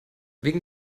wegen